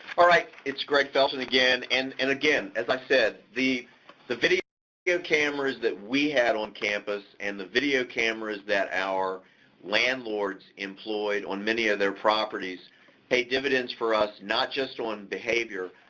all right, it's greg felton again, and and again, as i've said, the the video you know cameras that we had on campus and the video cameras that our landlords employed on many of their properties pay dividends for us not just on behavior,